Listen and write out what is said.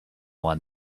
one